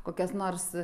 kokias nors